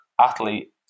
athlete